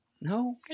no